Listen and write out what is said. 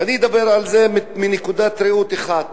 ואני אדבר על זה מנקודת ראות אחת.